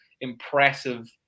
impressive